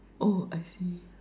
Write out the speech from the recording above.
oh I see